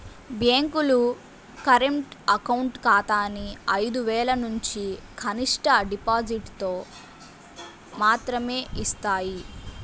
బ్యేంకులు current account ఖాతాని ఐదు వేలనుంచి కనిష్ట డిపాజిటుతో మాత్రమే యిస్తాయి